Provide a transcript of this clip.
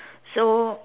so